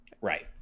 Right